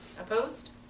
Opposed